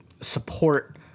support